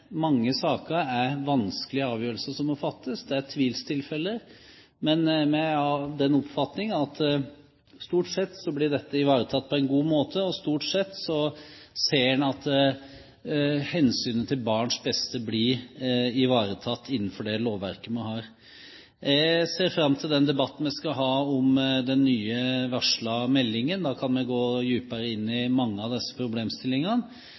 mange, mange saker er vanskelige avgjørelser som må fattes. Det er tvilstilfeller, men vi er av den oppfatning at stort sett blir dette ivaretatt på en god måte, og stort sett ser man at hensynet til barns beste blir ivaretatt innenfor det lovverket vi har. Jeg ser fram til den debatten vi skal ha om den nye, varslede meldingen. Da kan vi gå dypere inn i mange av disse problemstillingene.